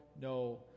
no